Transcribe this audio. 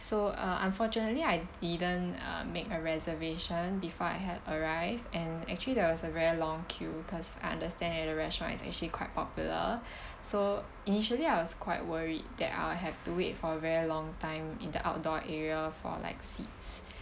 so uh unfortunately I didn't uh make a reservation before I had arrived and actually there was a very long queue cause I understand that the restaurant is actually quite popular so initially I was quite worried that I'll have to wait for a very long time in the outdoor area for like seats